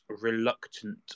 reluctant